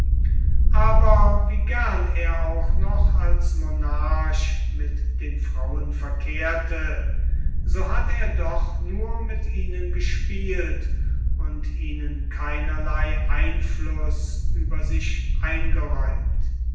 aber wie gern er auch noch als monarch mit den frauen verkehrte so hat er doch nur mit ihnen gespielt und ihnen keinerlei einfluß über sich eingeräumt